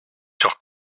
sur